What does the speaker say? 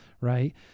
right